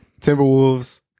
timberwolves